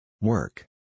Work